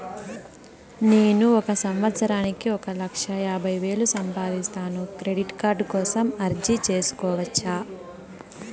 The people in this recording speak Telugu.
నేను ఒక సంవత్సరానికి ఒక లక్ష యాభై వేలు సంపాదిస్తాను, క్రెడిట్ కార్డు కోసం అర్జీ సేసుకోవచ్చా?